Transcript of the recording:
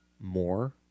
more